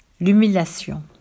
l'humiliation